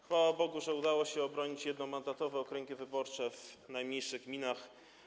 Chwała Bogu, że udało się obronić jednomandatowe okręgi wyborcze w najmniejszych gminach.